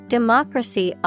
Democracy